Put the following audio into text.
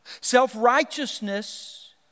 Self-righteousness